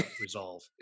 resolve